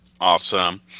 Awesome